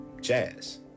jazz